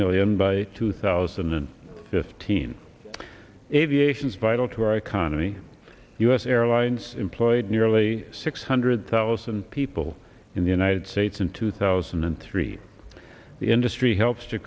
million by two thousand and fifteen aviation is vital to our economy u s airlines employed nearly six hundred thousand people in the united states in two thousand and three the industry helps to